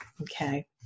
Okay